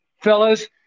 fellas